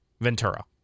Ventura